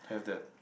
have that